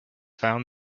found